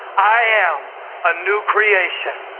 i am a new creation.